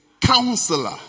counselor